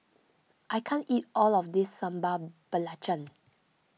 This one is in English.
I can't eat all of this Sambal Belacan